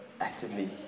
actively